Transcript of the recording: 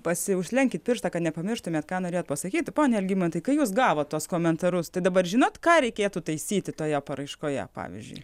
pasi užlenkit pirštą kad nepamirštumėt ką norėjot pasakyt pone algimantai kai jūs gavot tuos komentarus tai dabar žinot ką reikėtų taisyti toje paraiškoje pavyzdžiui